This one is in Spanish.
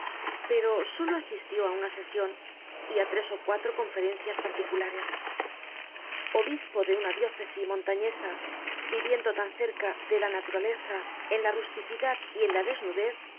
pero solo asistió á una sesion y á tres ó cuatro conferencias particulares obispo de una diócesi montañesa viviendo tan cerca de la naturaleza en la rusticidad y en la desnudez